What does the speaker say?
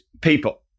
people